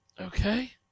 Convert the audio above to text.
Okay